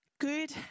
Good